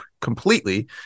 completely